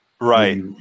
Right